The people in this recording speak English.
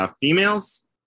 females